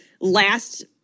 last